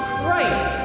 Christ